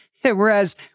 Whereas